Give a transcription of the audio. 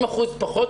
זה 60% פחות,